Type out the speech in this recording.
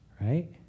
right